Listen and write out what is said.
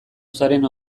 zaren